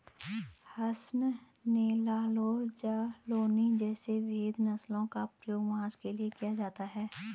हसन, नेल्लौर, जालौनी जैसी भेद नस्लों का प्रयोग मांस के लिए किया जाता है